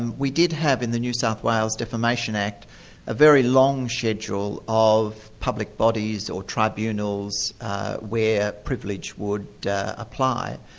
we did have in the new south wales defamation act a very long schedule of public bodies or tribunals where privilege would apply,